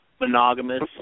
monogamous